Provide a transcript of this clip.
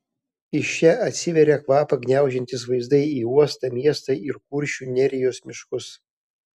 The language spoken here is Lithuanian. iš čia atsiveria kvapą gniaužiantys vaizdai į uostą miestą ir kuršių nerijos miškus